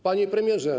Panie Premierze!